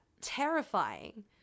terrifying